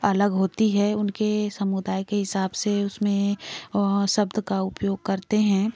अलग होती है उनके समुदाय के हिसाब से उसमें शब्द का उपयोग करते हैं